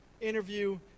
interview